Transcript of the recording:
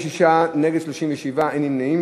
24, נגד, 37, שניים נמנעים.